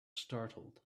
startled